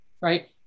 right